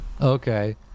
Okay